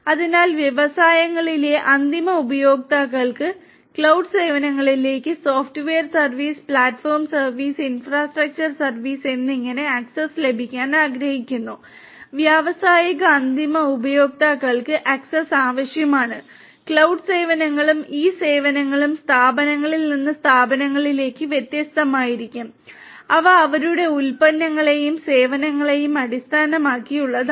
അതിനാൽ വ്യവസായങ്ങളിലെ അന്തിമ ഉപയോക്താക്കൾക്ക് ക്ലൌഡ് സേവനങ്ങളിലേക്ക് software service platform service infrastructure service എന്നിങ്ങനെ ആക്സസ് ലഭിക്കാൻ ആഗ്രഹിക്കുന്നു വ്യാവസായിക അന്തിമ ഉപയോക്താക്കൾക്ക് ആക്സസ് ആവശ്യമാണ് ക്ലൌഡ് സേവനങ്ങളും ഈ സേവനങ്ങളും സ്ഥാപനങ്ങളിൽ നിന്ന് സ്ഥാപനങ്ങളിലേക്ക് വ്യത്യസ്തമായിരിക്കും അവ അവരുടെ ഉൽപ്പന്നങ്ങളെയും സേവനങ്ങളെയും അടിസ്ഥാനമാക്കിയുള്ളതാണ്